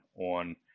on